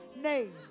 name